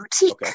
boutique